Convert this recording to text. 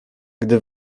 gdy